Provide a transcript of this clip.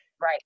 Right